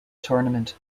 tournament